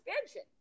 expansion